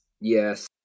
Yes